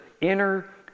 inner